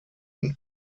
und